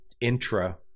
intra